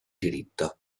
diritto